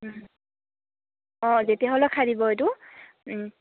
অঁ যেতিয়াহ'লে খাই দিব এইটো